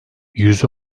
yüz